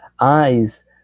eyes